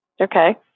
Okay